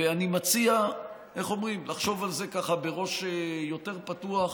ואני מציע לחשוב על זה ככה בראש יותר פתוח,